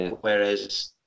Whereas